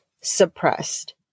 suppressed